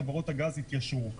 חברות הגז התיישרו.